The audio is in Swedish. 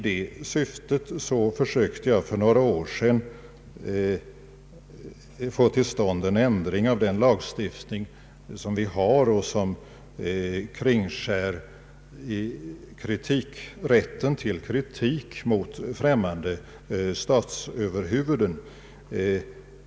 Därför försökte jag för några år sedan få till stånd en ändring av den lagstiftning som kringskär rätten till kritik mot främmande statsöverhuvuden.